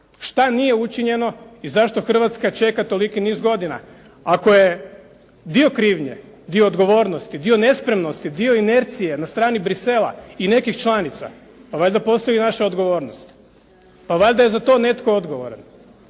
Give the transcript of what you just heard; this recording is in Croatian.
šta nije učinjeno i zašto Hrvatska čeka toliki niz godina. Ako je dio krivnje, dio odgovornosti, dio nespretnosti, dio inercije na strani Bruxellesa i nekih članica, pa valjda postoji i naša odgovornost. Pa valjda je za to netko odgovoran.